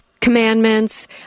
commandments